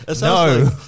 No